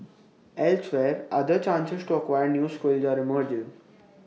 elsewhere other chances to acquire new skills are emerging